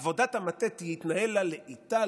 עבודת המטה תתנהל לה לאיטה,